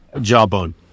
Jawbone